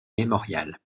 mémorial